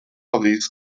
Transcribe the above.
paris